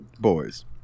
Boys